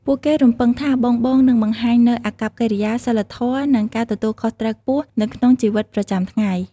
ពួកគេរំពឹងថាបងៗនឹងបង្ហាញនូវអាកប្បកិរិយា សីលធម៌ និងការទទួលខុសត្រូវខ្ពស់នៅក្នុងជីវិតប្រចាំថ្ងៃ។